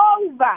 over